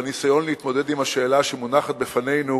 בניסיון להתמודד עם השאלה שמונחת בפנינו